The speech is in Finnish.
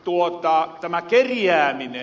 mutta tämä kerjääminen